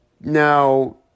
Now